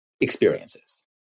experiences